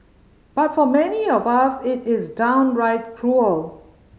but for many of us it is downright cruel